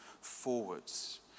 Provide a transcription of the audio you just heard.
forwards